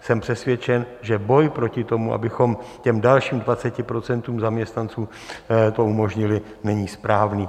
Jsem přesvědčen, že boj proti tomu, abychom těm dalším 20 % zaměstnanců to umožnili, není správný.